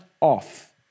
off